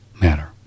matter